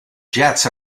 jets